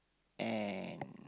and